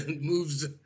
Moves